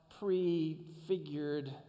Prefigured